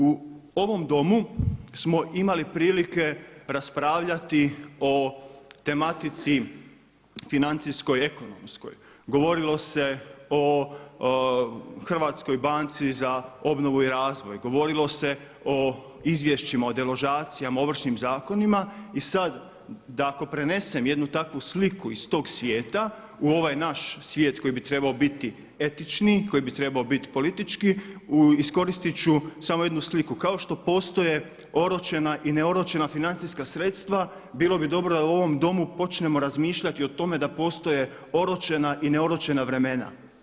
U ovom domu smo imali prilike raspravljati o tematici financijskoj, ekonomskoj, govorilo se o HBOR-u, govorilo se o izvješćima, o deložacijama, o ovršnim zakonima i sad da ako prenesem jednu takvu sliku iz tog svijeta u ovaj naš svijet koji bi trebao biti etični, koji bi trebao biti politički iskoristit ću samo jednu sliku kao što postoje oročena ili neoročena financijska sredstva bilo bi dobro da u ovom domu počnemo razmišljati o tome da postoje oročena i neoročena vremena.